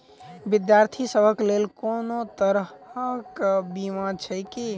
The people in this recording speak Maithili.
विद्यार्थी सभक लेल कोनो तरह कऽ बीमा छई की?